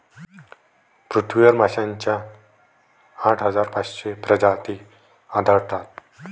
पृथ्वीवर माशांच्या आठ हजार पाचशे प्रजाती आढळतात